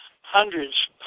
hundreds